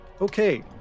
Okay